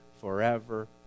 forever